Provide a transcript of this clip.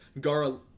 Gara